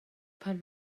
pan